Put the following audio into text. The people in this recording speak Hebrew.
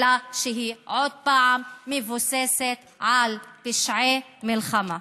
אלא שהיא, עוד פעם, מבוססת על פשעי מלחמה.